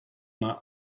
not